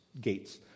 gates